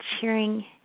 cheering